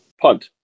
punt